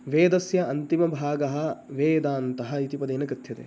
वेदस्य अन्तिमभागः वेदान्तः इति पदेन कथ्यते